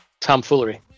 tomfoolery